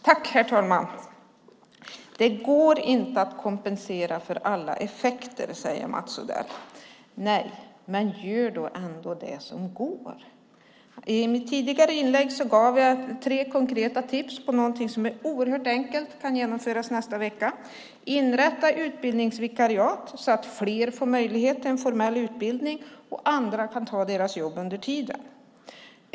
Herr talman! Det går inte att kompensera för alla effekter, säger Mats Odell. Nej, men gör ändå det som går! I mitt tidigare inlägg gav jag tre konkreta tips på något som är oerhört enkelt och som kan genomföras nästa vecka. Inrätta utbildningsvikariat så att fler får möjlighet till en formell utbildning och andra kan ta deras jobb under tiden!